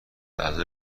اعضای